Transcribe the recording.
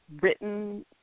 written